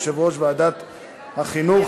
יושב-ראש ועדת החינוך,